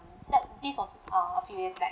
that this was uh a few years back